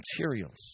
materials